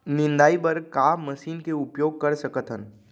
निंदाई बर का मशीन के उपयोग कर सकथन?